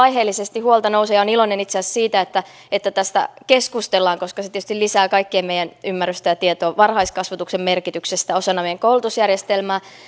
aiheellisesti huolta nousi ja olen iloinen itse asiassa siitä että että tästä keskustellaan koska se tietysti lisää kaikkien meidän ymmärrystä ja tietoa varhaiskasvatuksen merkityksestä osana meidän koulutusjärjestelmää